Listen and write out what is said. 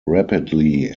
rapidly